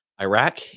Iraq